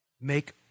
Make